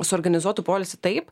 suorganizuotų poilsį taip